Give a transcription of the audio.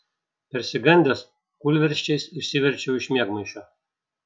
persigandęs kūlversčiais išsiverčiau iš miegmaišio